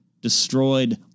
destroyed